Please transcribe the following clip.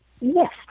Yes